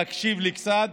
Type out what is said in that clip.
להקשיב לי קצת,